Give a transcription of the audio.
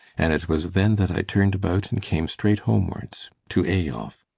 and it was then that i turned about and came straight homewards. to eyolf.